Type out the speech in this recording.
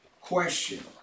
Question